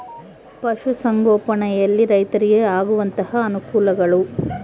ಪಶುಸಂಗೋಪನೆಯಲ್ಲಿ ರೈತರಿಗೆ ಆಗುವಂತಹ ಅನುಕೂಲಗಳು?